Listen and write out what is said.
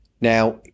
Now